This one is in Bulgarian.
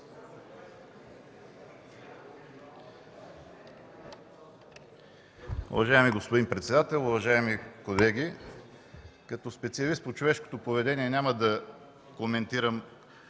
Уважаеми господин председател, уважаеми колеги! Като специалист по човешкото поведение, няма да коментирам